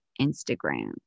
instagram